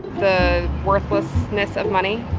the worthlessness of money?